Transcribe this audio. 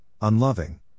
unloving